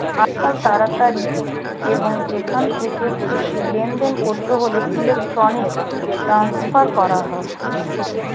আজকাল তাড়াতাড়ি এবং যেখান থেকে খুশি লেনদেন করতে হলে ইলেক্ট্রনিক ট্রান্সফার করা হয়